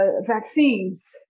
vaccines